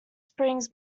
springs